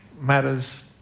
matters